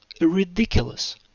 ridiculous